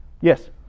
Yes